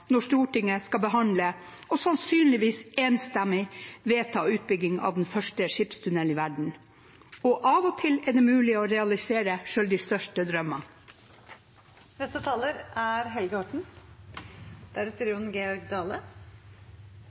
når Stortinget skal behandle og sannsynligvis enstemmig vedta utbygging av den første skipstunnelen i verden. Av og til er det mulig å realisere selv de største drømmer. Stad skipstunnel er